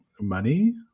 money